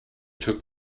took